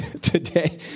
today